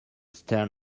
stern